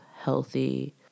healthy